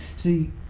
See